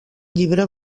llibre